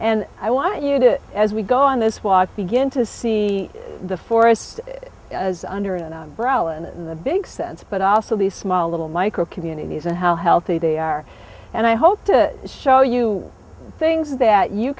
and i want you to as we go on this watch begin to see the forest as under an umbrella and in the big sense but also these small little micro communities and how healthy they are and i hope to show you things that you